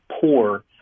poor